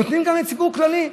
נותנים גם לציבור הכללי.